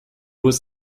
was